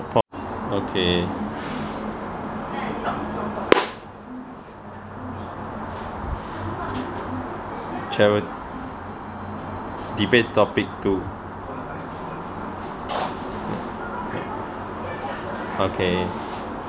okay chari~ debate topic two okay